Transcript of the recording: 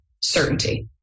certainty